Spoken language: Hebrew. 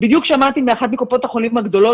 בדיוק שמעתי מאחת מקופות החולים הגדולות